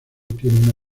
tiene